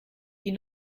die